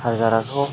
charger